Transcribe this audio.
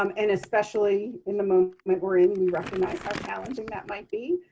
um and especially in the movement we're in, we recognize how challenging that might be.